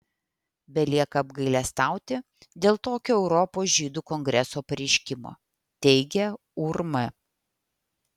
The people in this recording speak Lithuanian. belieka apgailestauti dėl tokio europos žydų kongreso pareiškimo teigia urm